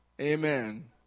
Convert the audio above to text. Amen